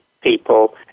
people